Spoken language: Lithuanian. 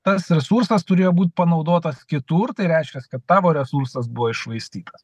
tas resursas turėjo būt panaudotas kitur tai reiškias kad tavo resursas buvo iššvaistytas